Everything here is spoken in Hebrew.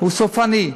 הוא סופני.